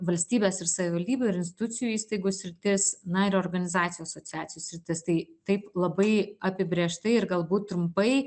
valstybės ir savivaldybių ir institucijų įstaigų sritis na ir organizacijų asociacijų sritis tai taip labai apibrėžtai ir galbūt trumpai